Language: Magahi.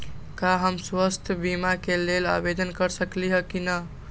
का हम स्वास्थ्य बीमा के लेल आवेदन कर सकली ह की न?